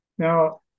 Now